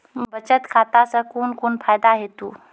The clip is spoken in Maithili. बचत खाता सऽ कून कून फायदा हेतु?